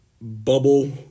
bubble